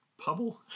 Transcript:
Pubble